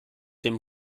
dem